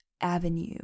Avenue